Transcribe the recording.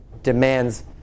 demands